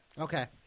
Okay